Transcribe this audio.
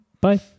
Bye